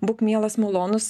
būk mielas malonus